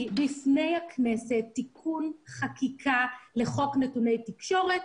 בפני הכנסת תיקון חקיקה לחוק נתוני תקשורת,